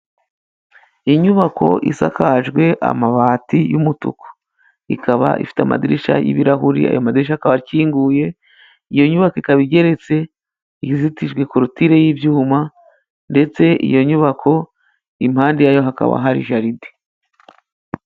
Inyubako isakajwe amabati y'umutuku, ikaba ifite amadirishya y'ibirahuri, ayo madirishya akaba akinguye, iyo nyubako ikaba igeretse izitijwe na korotire y'ibyuma, ndetse iyo nyubako impande yayo hakaba hari jaride.